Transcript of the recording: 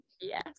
Yes